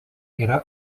yra